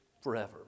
forever